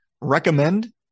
recommend